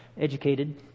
educated